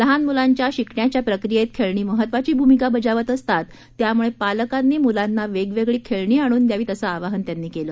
लहान मुलांच्या शिकण्याच्या प्रक्रियेत खेळणी महत्वाची भूमिका बजावत असतात त्यामुळे पालकांनी मूलांना वेगवेगळी खेळणी आणून द्यावीत असं आवाहन त्यांनी केलं